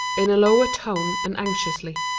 in a lower tone and anxiously.